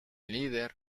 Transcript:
líder